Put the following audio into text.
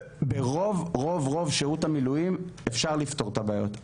ברוב רוב שירות המילואים אפשר לפתור את הבעיות,